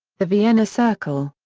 the vienna circle.